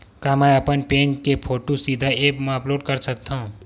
का मैं अपन पैन के फोटू सीधा ऐप मा अपलोड कर सकथव?